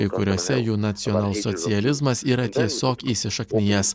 kai kuriose jų nacionalsocializmas yra tiesiog įsišaknijęs